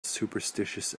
superstitious